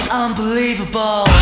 Unbelievable